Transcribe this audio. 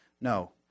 No